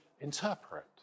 interpret